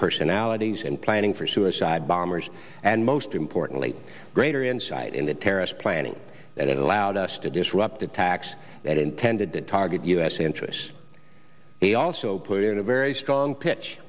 personalities and planning for suicide bombers and most importantly greater insight into terrorist planning that allowed us to disrupt attacks that intended target us interests he also put in a very strong pitch